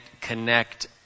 connect